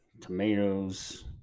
tomatoes